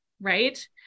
right